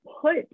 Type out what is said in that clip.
put